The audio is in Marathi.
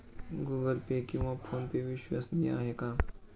गूगल पे किंवा फोनपे विश्वसनीय आहेत का?